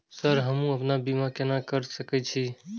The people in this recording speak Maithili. सर हमू अपना बीमा केना कर सके छी?